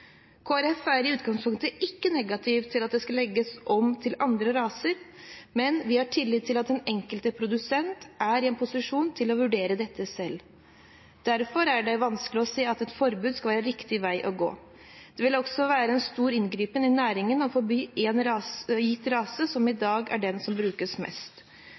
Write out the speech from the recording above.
er i utgangspunktet ikke negativ til at det skal legges om til andre raser, men vi har tillit til at den enkelte produsent er i en posisjon til å vurdere dette selv. Derfor er det vanskelig å se at et forbud skal være riktig vei å gå. Det vil også være en stor inngripen i næringen å forby en gitt rase som i dag er den som brukes mest.